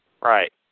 Right